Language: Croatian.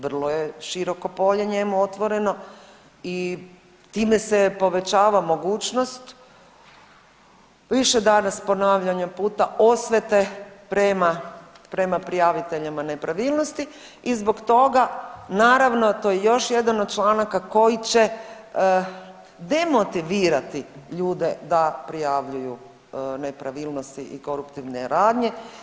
Vrlo je široko polje njemu otvoreno i time se povećava mogućnost više danas ponavljanja puta osvete prema prijaviteljima nepravilnosti i zbog toga naravno da je to još jedan od članaka koji će demotivirati ljude da prijavljuju nepravilnosti i koruptivne radnje.